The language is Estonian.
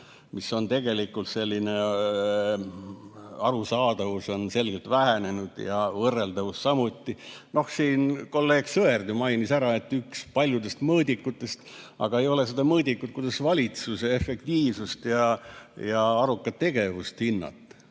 et tegelikult selline arusaadavus on selgelt vähenenud ja võrreldavus samuti. Siin kolleeg Sõerd mainis ära, et üks paljudest mõõdikutest, aga ei ole seda mõõdikut, kuidas valitsuse efektiivsust ja arukat tegevust hinnata,